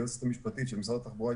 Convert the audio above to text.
היועצת המשפטית של משרד התחבורה,